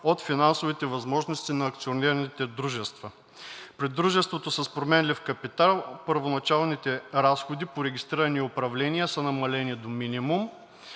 от финансовите възможности на акционерните дружества. При дружеството с променлив капитал първоначалните разходи по регистриране и управление са намалени до минимум.